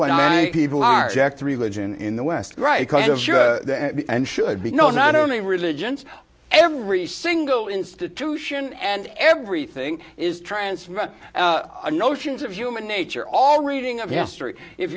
think people are jacked to religion in the west right and should be know not only religions every single institution and everything is transferred notions of human you're all reading of history if